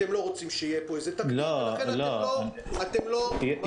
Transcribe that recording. אתם לא רוצים שיהיה פה איזה תקדים ולכן אתם לא מחזירים את הכסף.